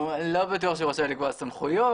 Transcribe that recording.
ואני לא בטוח שהוא רוצה לקבוע סמכויות.